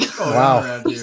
wow